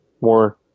more